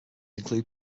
include